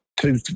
two